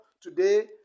today